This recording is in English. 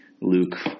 Luke